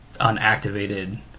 unactivated